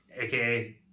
aka